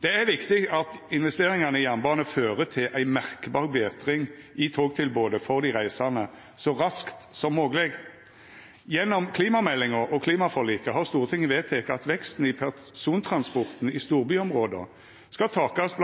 Det er viktig at investeringane i jernbanen fører til ei merkbar betring i togtilbodet for dei reisande så raskt som mogleg. Gjennom klimameldinga og klimaforliket har Stortinget vedteke at veksten i persontransporten i storbyområda skal takast